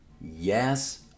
Yes